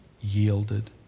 yielded